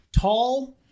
tall